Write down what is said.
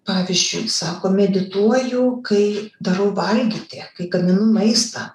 pavyzdžiui sako medituoju kai darau valgyti kai gaminu maistą